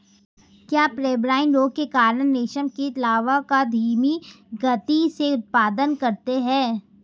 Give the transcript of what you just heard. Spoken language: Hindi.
क्या पेब्राइन रोग के कारण रेशम कीट लार्वा का धीमी गति से उत्पादन करते हैं?